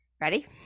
Ready